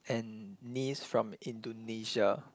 and knees from Indonesia